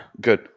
good